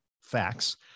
facts